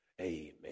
Amen